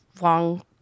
long